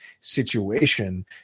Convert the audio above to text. situation